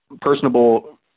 personable